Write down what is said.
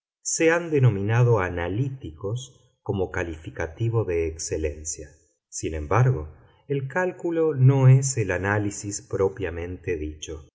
se han denominado analíticos como calificativo de excelencia sin embargo el cálculo no es el análisis propiamente dicho